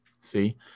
see